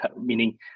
meaning